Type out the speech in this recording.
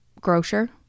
grocer